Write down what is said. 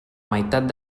meitat